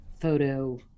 photo